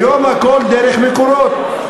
היום הכול דרך "מקורות".